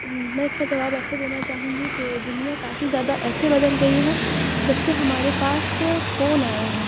میں اِس کا جواب ایسے دینا چاہوں گی کہ دُنیا کافی زیادہ ایسے بدل گئی ہے جب سے ہمارے پاس فون آیا ہے